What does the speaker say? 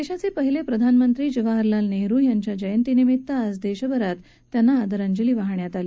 देशाचे पहिले प्रधानमंत्री जवाहरलाल नेहरु यांच्या जयंतीनिमित्त आज देशभरात त्यांना आदरांजली वाहण्यात आली